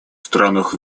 странах